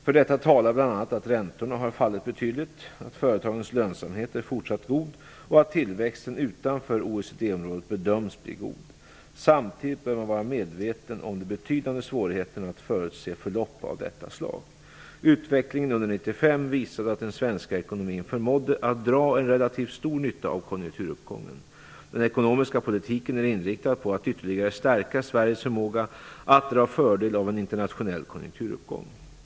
För detta talar bl.a. att räntorna har fallit betydligt, att företagens lönsamhet är fortsatt god och att tillväxten utanför OECD-området bedöms bli god. Samtidigt bör man vara medveten om de betydande svårigheterna att förutse förlopp av detta slag. Utvecklingen under 1995 visade att den svenska ekonomin förmådde att dra en relativt stor nytta av konjunkturuppgången. Den ekonomiska politiken är inriktad på att ytterligare stärka Sveriges förmåga att dra fördel av en internationell konjunkturuppgång.